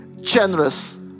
generous